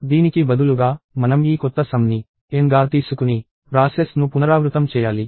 దీనికి బదులుగా మనం ఈ కొత్త సమ్ ని n గా తీసుకుని ప్రాసెస్ ను పునరావృతం చేయాలి